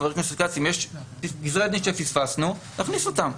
חה"כ כץ, אם יש גזרי דין שפספסנו, נכניס אותם.